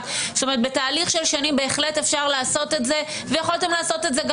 כלומר בתהליך של שנים אפשר לעשות את זה ויכולתם לעשות את זה.